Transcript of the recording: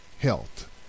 health